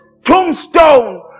tombstone